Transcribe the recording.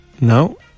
No